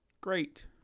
Great